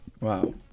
Wow